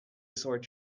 sort